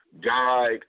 guide